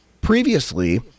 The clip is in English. previously